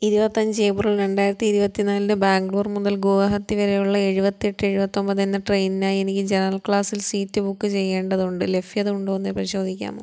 ഇരുപത്തിയഞ്ച് ഏപ്രിൽ രണ്ടായിരത്തി ഇരുപത്തി നാലിന് ബാംഗ്ലൂർ മുതൽ ഗുവാഹത്തി വരെയുള്ള എഴുപത്തിയെട്ട് എഴുപത്തിയൊന്പത് എന്ന ട്രെയിനിനായി എനിക്ക് ജനറൽ ക്ലാസ്സിൽ സീറ്റ് ബുക്ക് ചെയ്യേണ്ടതുണ്ട് ലഭ്യത ഉണ്ടോ എന്ന് പരിശോധിക്കാമോ